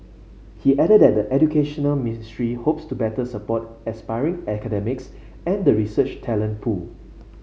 he added that the Educational Ministry hopes to better support aspiring academics and the research talent pool